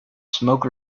smoke